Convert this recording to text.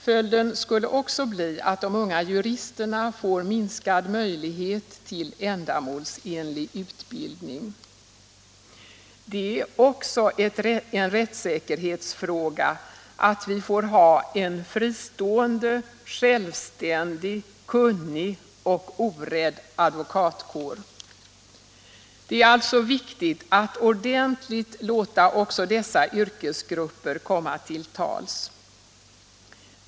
Följden skulle också bli att de unga juristerna får minskad möjlighet till ändamålsenlig utbildning. Det är också en rättssäkerhetsfråga att vi har en fristående, självständig, kunnig och orädd advokatkår. Det är alltså viktigt att ordentligt låta också dessa yrkesgrupper komma till tals.